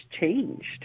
changed